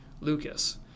Lucas